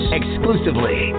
exclusively